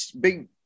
big